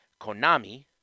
Konami